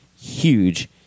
huge